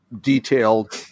detailed